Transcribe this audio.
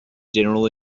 general